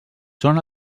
són